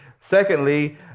Secondly